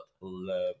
Love